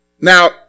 Now